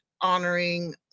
honoring